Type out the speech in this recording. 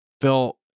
Phil